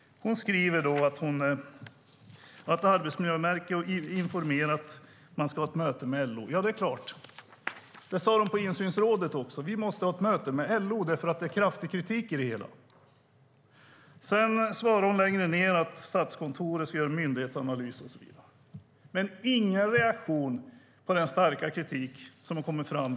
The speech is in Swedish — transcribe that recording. Hon skriver att Arbetsmiljöverket har informerat henne om att man ska ha ett möte med LO. Det sade man på Insynsrådet också: Vi måste ha ett möte med LO, för där finns det kraftig kritik! Sedan säger hon att Statskontoret ska göra en myndighetsanalys och så vidare, men det är ingen reaktion på den starka kritik som har kommit fram.